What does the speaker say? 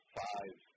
five